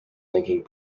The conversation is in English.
linking